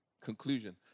conclusion